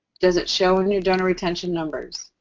does it show in your donor retention numbers?